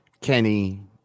Kenny